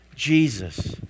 Jesus